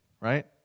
right